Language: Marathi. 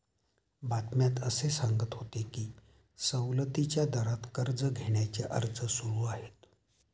बातम्यात असे सांगत होते की सवलतीच्या दरात कर्ज घेण्याचे अर्ज सुरू आहेत